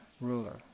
ruler